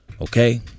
Okay